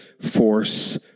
force